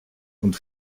und